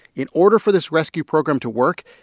in order for this rescue program to work,